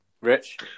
Rich